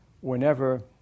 whenever